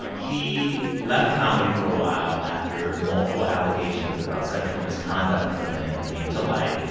um he left comedy for a while after multiple allegations about sexual misconduct from him came to light.